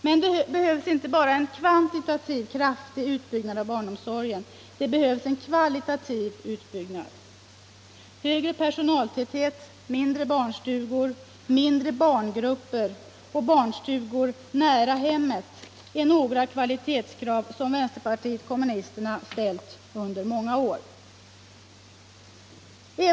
Men det behövs inte bara en kvantitativ utan också en kvalitativ utbyggnad av barnomsorgen. Högre personaltäthet, mindre barnstugor, mindre barngrupper och barnstugor nära hemmet är några kvalitetskrav som vänsterpartiet kommunisterna under många år har ställt.